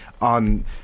on